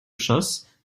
chasse